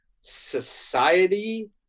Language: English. society